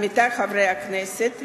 עמיתי חברי הכנסת,